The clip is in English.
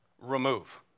Remove